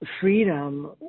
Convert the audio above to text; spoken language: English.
freedom